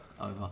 Over